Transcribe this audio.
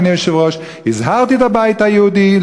אדוני היושב-ראש: הזהרתי את הבית היהודי,